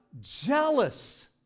Jealous